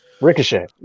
Ricochet